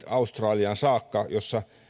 australiaan saakka missä